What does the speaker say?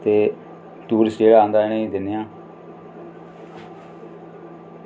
ते धूड़ सीढ़ा लाइयै इनें ई दिन्ने आं